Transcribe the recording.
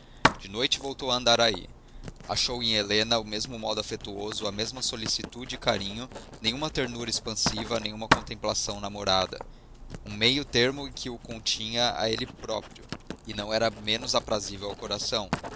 de noite voltou a andaraí achou em helena o mesmo modo afetuoso a mesma solicitude e carinho nenhuma ternura expansiva nenhuma contemplação namorada um meio-termo que o continha a ele próprio e não era menos aprazível ao coração